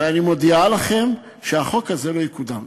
הרי אני מודיעה לכם שהחוק הזה לא יקודם.